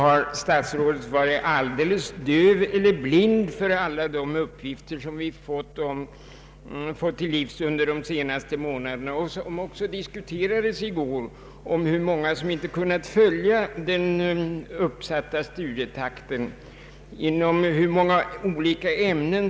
Har herr statsrådet varit alldeles döv och blind för alla uppgifter vi fått under de senaste månaderna — vilka också diskuterades i går — som gett vid handen att studenterna inte kunnat följa den uppsatta studietakten och att detta gäller inom många olika ämnen?